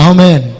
Amen